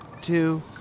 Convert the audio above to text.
two